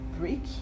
break